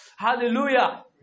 Hallelujah